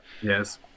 Yes